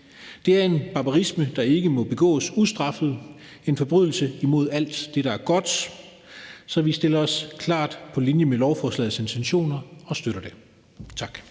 er en barbarisme, der ikke må begås ustraffet, en forbrydelse imod alt det, der er godt. Så vi stiller os klart på linje med lovforslagets intentioner og støtter det. Tak.